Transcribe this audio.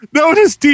Notice